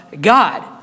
God